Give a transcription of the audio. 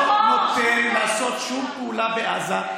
לא נותן לעשות שום פעולה בעזה.